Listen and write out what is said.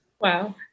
Wow